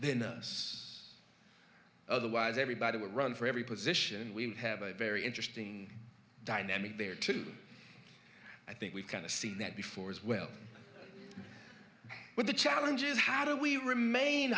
the us otherwise everybody would run for every position we have a very interesting dynamic there too i think we've kind of seen that before as well but the challenge is how do we remain